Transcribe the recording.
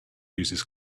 uses